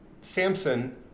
Samson